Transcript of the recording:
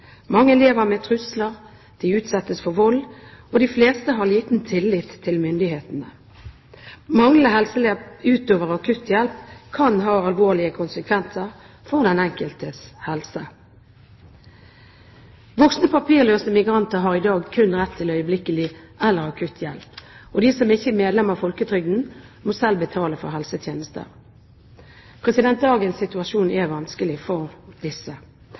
mange lever med trusler, de utsettes for vold, og de fleste har liten tillit til myndighetene. Manglende helsehjelp utover akutthjelp kan ha alvorlige konsekvenser for den enkeltes helse. Voksne papirløse migranter har i dag kun rett til øyeblikkelig eller akutt hjelp, og de som ikke er medlemmer av folketrygden, må selv betale for helsetjenester. Dagens situasjon er vanskelig for disse.